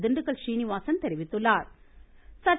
Dindigul Srinivasan தெரிவித்துளளா்